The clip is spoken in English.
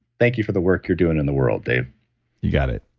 thank you for the work you're doing in the world, dave you got it.